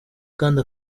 kandi